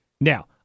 Now